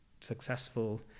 successful